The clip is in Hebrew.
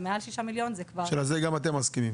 ומעל 6 מיליון ₪ זה כבר --- שלזה גם אתם מסכימים?